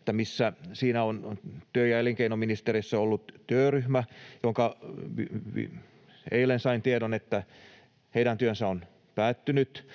että missä siinä ollaan. Työ- ja elinkeinoministeriössä on ollut työryhmä, josta eilen sain tiedon, että heidän työnsä on päättynyt.